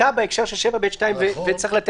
שמקיים פעילות חינוכית נכנס תחת סעיף 10. מי שלא נכנס